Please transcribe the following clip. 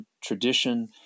tradition